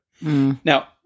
Now